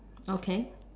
okay